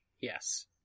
Yes